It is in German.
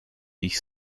dich